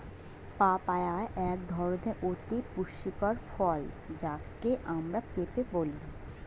papaya এক ধরনের অতি পুষ্টিকর ফল যাকে আমরা পেঁপে বলি